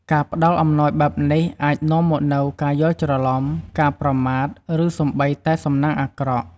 ការផ្តល់អំណោយបែបនេះអាចនាំមកនូវការយល់ច្រឡំ ការប្រមាថ ឬសូម្បីតែសំណាងអាក្រក់។